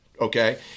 Okay